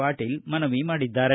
ಪಾಟೀಲ್ ಮನವಿ ಮಾಡಿದ್ದಾರೆ